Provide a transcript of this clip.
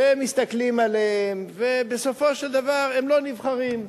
ומסתכלים עליהם, ובסופו של דבר הם לא נבחרים.